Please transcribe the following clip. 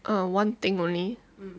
err one thing only